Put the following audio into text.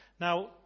Now